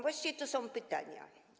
Właściwie to będą pytania.